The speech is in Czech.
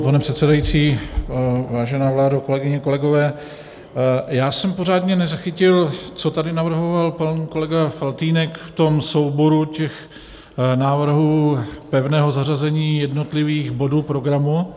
Pane předsedající, vážená vládo, kolegyně, kolegové, já jsem pořádně nezachytil, co tady navrhoval pan kolega Faltýnek v souboru návrhů pevného zařazení jednotlivých bodů programu.